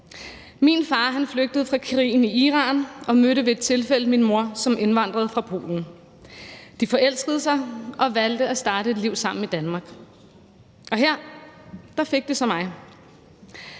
Min far flygtede fra krigen i Iran og mødte ved et tilfælde min mor, som indvandrede fra Polen. De forelskede sig og valgte at starte et liv sammen i Danmark, og her fik de så mig.